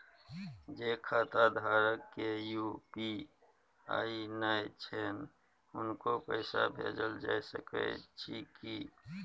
जे खाता धारक के यु.पी.आई नय छैन हुनको पैसा भेजल जा सकै छी कि?